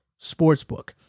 Sportsbook